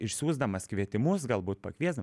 išsiųsdamas kvietimus galbūt pakviesdam